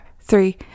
three